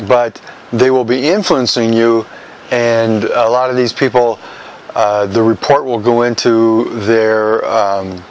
but they will be influencing you and a lot of these people the report will go into their